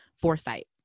foresight